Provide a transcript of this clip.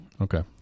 okay